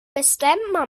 bestämma